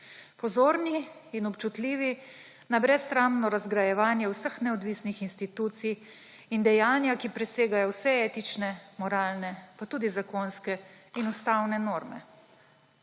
Pozorni in občutljivi na brezsramno razgrajevanje vseh neodvisnih institucij in dejanja, ki presegajo vse etične, moralne, pa tudi zakonske in ustavne norme.